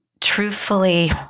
truthfully